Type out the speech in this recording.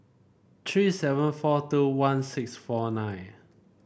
three seven four two one six four nine